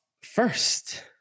first